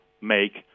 make